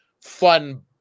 fun